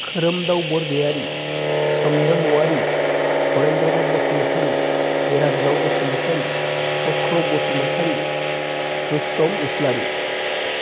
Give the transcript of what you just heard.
खोरोमदाव बरग'यारि सोमदोन वारि हरेनद्रनाथ बसुमतारि इराग्दाव बसुमतारि सक्र' बसुमतारि रुस्तम इस्लारि